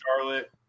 Charlotte